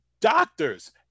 doctors